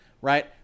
right